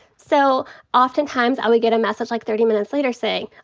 so often times i would get a message, like, thirty minutes later saying,